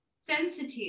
sensitive